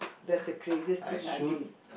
that's the craziest thing I did